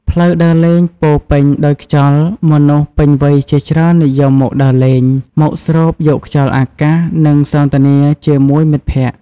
ផ្លូវដើរលេងពោរពេញដោយខ្យល់ មនុស្សពេញវ័យជាច្រើននិយមមកដើរលេង មកស្រូបយកខ្យល់អាកាស និងសន្ទនាជាមួយមិត្តភក្តិ។